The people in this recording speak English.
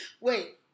Wait